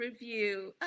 review